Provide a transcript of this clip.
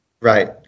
Right